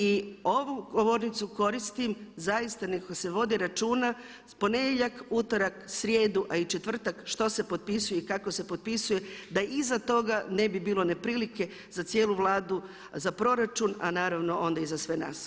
I ovu govornicu koristim, zaista neka se vodi računa, ponedjeljak, utorak, srijedu a i četvrtak što se potpisuje i kako se potpisuje da iza toga ne bi bilo neprilike za cijelu Vladu, za proračun a naravno onda i za sve nas.